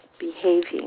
behaving